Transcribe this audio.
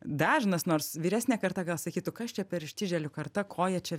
dažnas nors vyresnė karta gal sakytų kas čia per ištižėlių karta ko jie čia